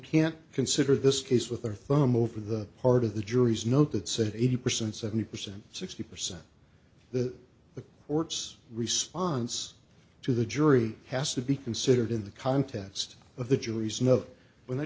can't consider this case with their thumb over the heart of the jury's note that said eighty percent seventy percent sixty percent that the orts response to the jury has to be considered in the context of the jury's note when th